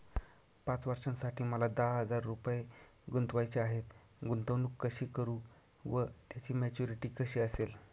पाच वर्षांसाठी मला दहा हजार रुपये गुंतवायचे आहेत, गुंतवणूक कशी करु व त्याची मॅच्युरिटी कशी असेल?